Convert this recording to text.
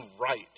right